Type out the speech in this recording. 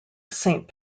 saint